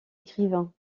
écrivain